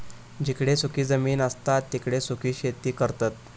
जिकडे सुखी जमीन असता तिकडे सुखी शेती करतत